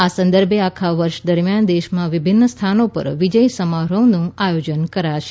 આ સંદર્ભે આખા વર્ષ દરમિયાન દેશમાં વિભિન્ન સ્થાનો પર વિજય સમારોહનું આયોજન કરાશે